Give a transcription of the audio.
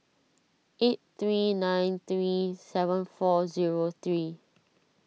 eight three nine three seven four zero three